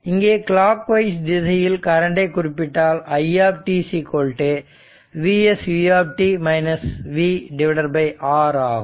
இங்கு clockwise திசையில் கரண்டை குறிப்பிட்டால் i Vs u V R ஆகும்